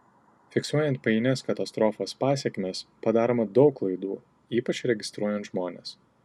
fiksuojant painias katastrofos pasekmes padaroma daug klaidų ypač registruojant žmones